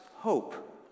hope